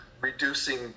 reducing